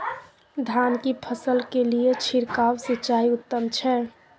धान की फसल के लिये छिरकाव सिंचाई उत्तम छै?